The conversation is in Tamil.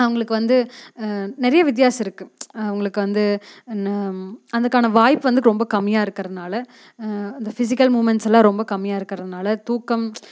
அவங்களுக்கு வந்து நிறைய வித்தியாசம் இருக்குது அவங்களுக்கு வந்து அதற்கான வாய்ப்பு வந்து ரொம்ப கம்மியாக இருக்கிறதுனால அந்த பிசிக்கல் மூவ்மெண்ட்ஸ் எல்லாம் ரொம்ப கம்மியாக இருக்கிறதுனால தூக்கம்